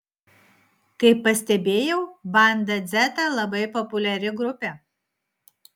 kaip pastebėjau banda dzeta labai populiari grupė